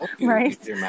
right